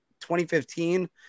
2015